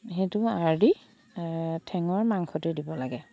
সেইটো আৰ দি ঠেঙৰ মাংসতে দিব লাগে